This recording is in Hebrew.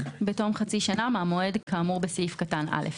בתום חצי שנה מהמועד כאמור בסעיף קטן (א).